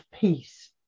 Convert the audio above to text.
peace